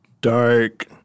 dark